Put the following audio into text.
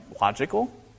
logical